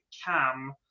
Cam